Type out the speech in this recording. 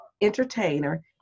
entertainer